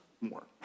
more